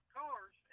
cars